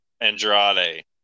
Andrade